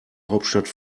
hauptstadt